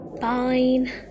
Fine